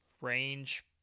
range